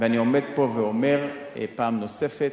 ואני עומד פה ואומר פעם נוספת: